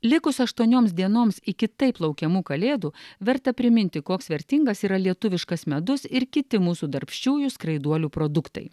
likus aštuonioms dienoms iki taip laukiamų kalėdų verta priminti koks vertingas yra lietuviškas medus ir kiti mūsų darbščiųjų skraiduolių produktai